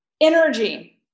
energy